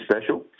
special